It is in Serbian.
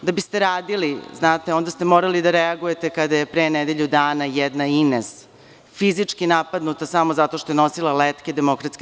Da biste radili, znate, onda ste morali da reagujete kada je pre nedelju dana jedna Ines fizički napadnuta samo zato što je nosila letke DS.